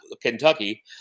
kentucky